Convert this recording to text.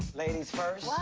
ladies first.